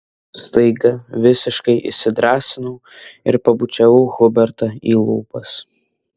staiga visiškai įsidrąsinau ir pabučiavau hubertą į lūpas